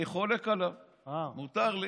אני חולק עליו, מותר לי.